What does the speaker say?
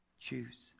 Choose